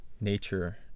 nature